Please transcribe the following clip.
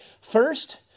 First